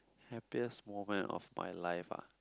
happiest moment of my life ah